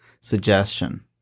suggestion